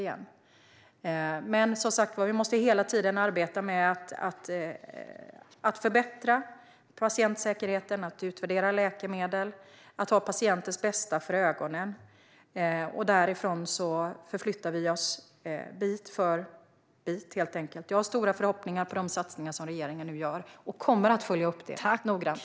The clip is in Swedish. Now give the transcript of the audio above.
Men vi måste som sagt hela tiden arbeta med att förbättra patientsäkerheten, att utvärdera läkemedel och att ha patientens bästa för ögonen. Därifrån förflyttar vi oss helt enkelt bit för bit. Jag har stora förhoppningar när det gäller de satsningar som regeringen nu gör, och jag kommer att följa upp detta noggrant.